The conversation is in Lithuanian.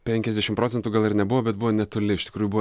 penkiasdešim procentų gal ir nebuvo bet buvo netoli iš tikrųjų buvo